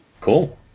Cool